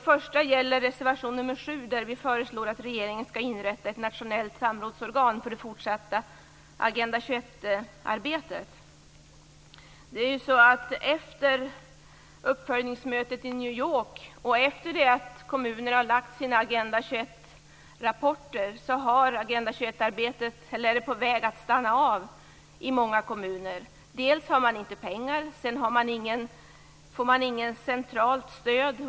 I reservation 7 föreslår vi att regeringen skall inrätta ett nationellt samrådsorgan för det fortsatta York och efter det att kommuner lagt fram sina Agenda 21-rapporter är arbetet på väg att stanna av i många kommuner. Dels har man inte pengar, dels får man inget centralt stöd.